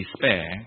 despair